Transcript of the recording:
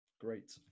great